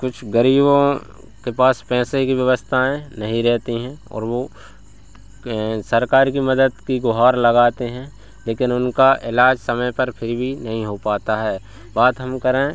कुछ गरीबों के पास पैसे की व्यवस्थाएँ नहीं रहती हैं और वह कें सरकार की मदद की गुहार लगाते हैं लेकिन उनका इलाज समय पर फ़िर भी नहीं हो पाता है बात हम करें